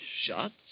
Shots